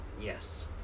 yes